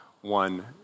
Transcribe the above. one